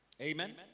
Amen